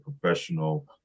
professional